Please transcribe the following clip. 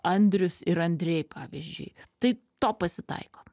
andrius ir andrei pavyzdžiui tai to pasitaiko